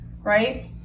right